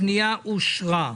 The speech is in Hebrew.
הפניות אושרו.